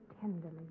tenderly